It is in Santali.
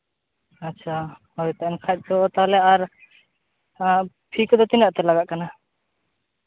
ᱟᱪᱪᱷᱟ ᱦᱳᱭ ᱮᱱᱠᱷᱟᱡ ᱫᱚ ᱛᱟᱦᱚᱞᱮ ᱟᱨ ᱯᱷᱤ ᱠᱚᱫᱚ ᱛᱤᱱᱟᱹᱜ ᱠᱟᱛᱮ ᱞᱟᱜᱟᱜ ᱠᱟᱱᱟ